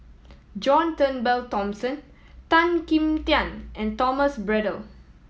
John Turnbull Thomson Tan Kim Tian and Thomas Braddell